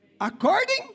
According